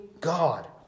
God